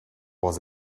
was